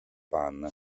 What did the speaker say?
pan